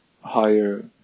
higher